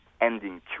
ending